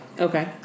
Okay